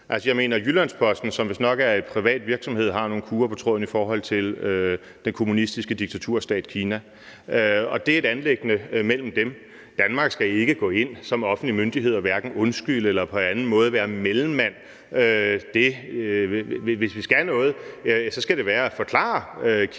Jeg mener, at Jyllands-Posten, som vistnok er en privat virksomhed, har nogle kurrer på tråden i forhold til den kommunistiske diktaturstat Kina, og det er et anliggende mellem dem. Danmark skal ikke gå ind som offentlig myndighed og hverken undskylde eller på anden måde være mellemmand. Hvis vi skal noget, skal det være at forklare